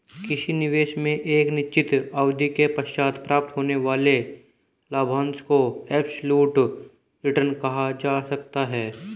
किसी निवेश में एक निश्चित अवधि के पश्चात प्राप्त होने वाले लाभांश को एब्सलूट रिटर्न कहा जा सकता है